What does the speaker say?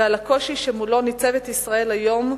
ועל הקושי שמולו ניצבת ישראל היום,